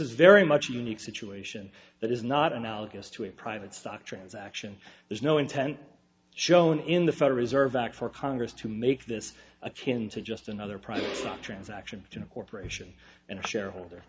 is very much a unique situation that is not analogous to a private stock transaction there's no intent shown in the federal reserve act for congress to make this a kin to just another private transaction between a corporation and a shareholder